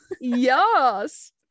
Yes